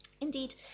Indeed